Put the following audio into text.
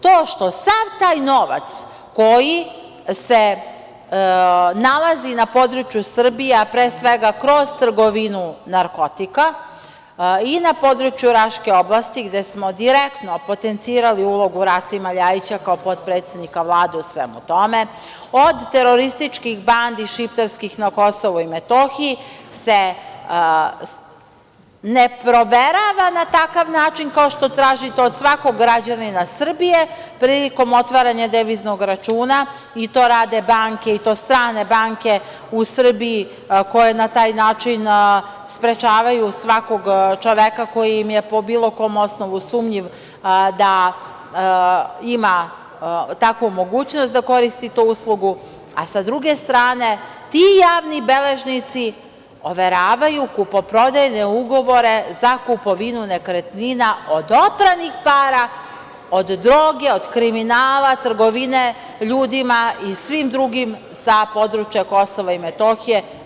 To što sav taj novac koji se nalazi na području Srbije, a pre svega kroz trgovinu narkotika i na području Raške oblasti, gde smo direktno potencirali ulogu Rasima Ljajića kao potpredsednika Vlade u svemu tome, od terorističkih bandi šiptarskih na Kosovu i Metohiji se ne proverava na takav način kao što tražite od svakog građanina Srbije prilikom otvaranja deviznog računa i to rade banke, i to strane banke, u Srbiji koje na taj način sprečavaju svakog čoveka koji im je po bilo kom osnovu sumnjiv da ima takvu mogućnost da koristi tu uslugu, a s druge strane, ti javni beležnici overavaju kupoprodajne ugovore za kupovinu nekretnina od opranih para, od droge, od kriminala, trgovine ljudima i svim drugim sa područja KiM.